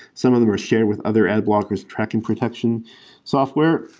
some of them are shared with other ad blockers tracking protection software.